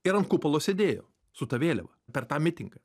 ir ant kupolo sėdėjo su ta vėliava per tą mitingą